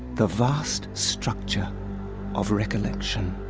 the vast structure of recollection.